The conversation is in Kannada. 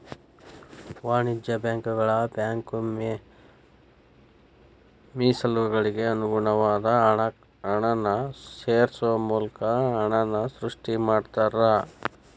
ವಾಣಿಜ್ಯ ಬ್ಯಾಂಕುಗಳ ಬ್ಯಾಂಕ್ ಮೇಸಲುಗಳಿಗೆ ಅನುಗುಣವಾದ ಹಣನ ಸೇರ್ಸೋ ಮೂಲಕ ಹಣನ ಸೃಷ್ಟಿ ಮಾಡ್ತಾರಾ